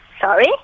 Sorry